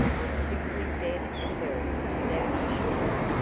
i'm simply dead and buried, without insurance.